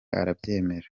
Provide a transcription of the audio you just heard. arabyemera